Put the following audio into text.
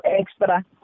extra